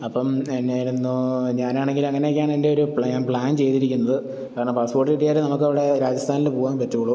അപ്പം എന്നായിരുന്നു ഞാനാണെങ്കിലങ്ങനക്കെയാണെന്റെ ഒരു പ്ലാ പ്ലാൻ ചെയ്തിരിക്കുന്നത് കാരണം പാസ്പോർട്ട് കിട്ടിയാലേ നമുക്ക് അവിടെ രാജസ്ഥാനില് പോകാൻ പറ്റുകയുള്ളു